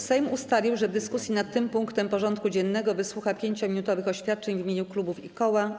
Sejm ustalił, że w dyskusji nad tym punktem porządku dziennego wysłucha 5-minutowych oświadczeń w imieniu klubów i koła.